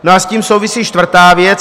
A s tím souvisí čtvrtá věc.